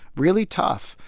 really tough.